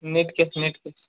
net net